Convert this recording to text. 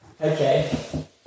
Okay